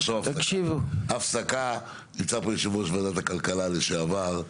נמצא פה יושב-ראש ועדת הכלכלה לשעבר,